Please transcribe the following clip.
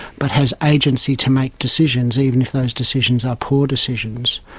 but has agency to make decisions, even if those decisions are poor decisions.